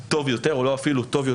טוב יותר בוודאות.